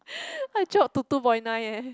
I drop to two point nine eh